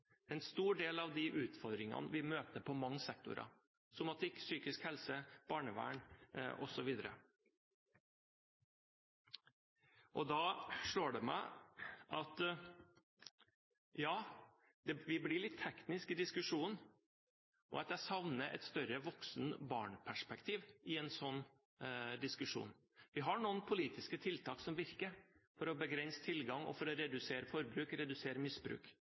en stor del av de utfordringene vi møter innenfor mange sektorer – somatikk, psykisk helse, barnevern osv. Da slår det meg at vi blir litt tekniske i diskusjonen, og at jeg savner et større voksen–barn-perspektiv i en slik diskusjon. Vi har noen politiske tiltak som virker for å begrense tilgang og for å redusere forbruk, redusere misbruk.